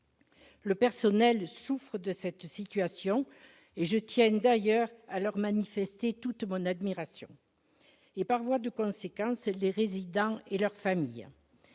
Le personnel souffre de cette situation- je tiens d'ailleurs à leur manifester toute mon admiration - et, par voie de conséquence, les résidents et leurs familles